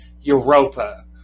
Europa